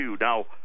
Now